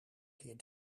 keer